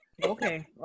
Okay